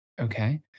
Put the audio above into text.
okay